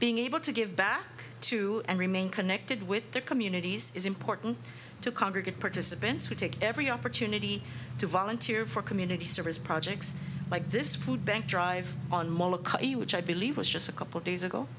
being able to give back to and remain connected with their communities is important to congregate participants who take every opportunity to volunteer for community service projects like this food bank drive on molokai which i believe was just a couple days ago